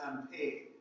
unpaid